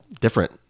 different